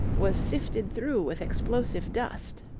was sifted through with explosive dust.